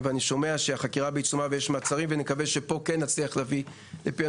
אני שומע שיש פה מעצרים ואני מקווה שהפעם נצליח להביא פיענוח.